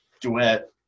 Duet